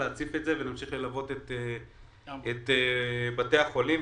להציף את זה ונמשיך ללוות את בתי החולים.